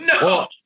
no